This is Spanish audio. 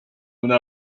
una